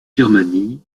birmanie